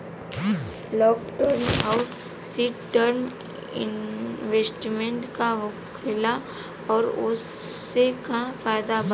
Long term आउर short term investment का होखेला और ओसे का फायदा बा?